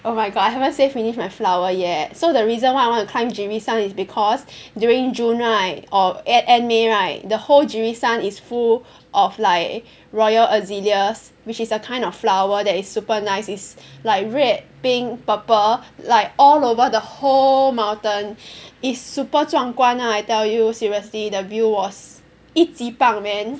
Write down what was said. oh my god I haven't say finish my flower yet so the reason why I want to climb Jirisan is because during June right um eh end May right the whole Jirisan is full of like royal azaleas which is a kind of flower that is super nice it's like red pink purple like all over the whole mountain it's super 壮观 ah I tell you seriously the view was 一级棒 man